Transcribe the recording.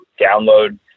download